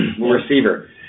receiver